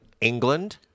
England